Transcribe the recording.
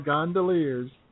Gondoliers